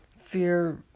fear